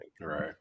right